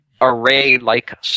array-like